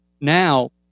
now